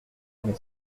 mais